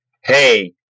hey